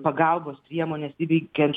pagalbos priemones įveikiant